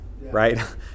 right